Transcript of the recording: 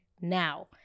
now